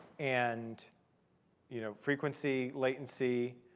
and you know frequency, latency.